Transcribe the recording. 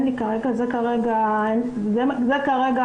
זה כרגע המצב.